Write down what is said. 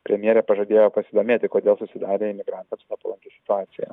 premjerė pažadėjo pasidomėti kodėl susidarė imigratams nepalanki situacija